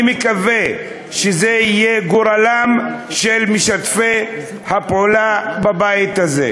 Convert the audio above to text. אני מקווה שזה יהיה גורלם של משתפי הפעולה בבית הזה.